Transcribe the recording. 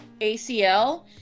ACL